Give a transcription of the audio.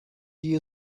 you